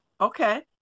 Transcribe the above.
Okay